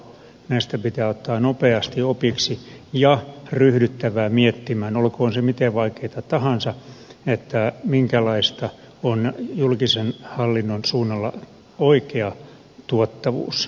näistä pitää ottaa nopeasti opiksi ja ryhdyttävä miettimään olkoon se miten vaikeata tahansa minkälaista on julkisen hallinnon suunnalla oikea tuottavuus